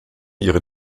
ihre